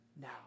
now